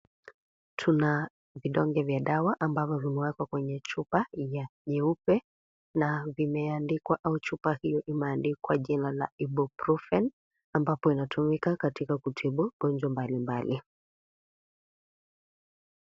Tuna vidonge vya dawa ambavyo vimeekwa kwenye chupa ya nyeupe na zimeandikwa au chupa hiyo imeandikwa jina la ipuprofen ambapo inatumika katika ugonjwa mbalimbali.